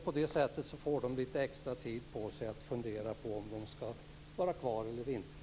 På det sättet får man alltså litet extra tid på sig för att fundera över om man skall vara kvar eller inte.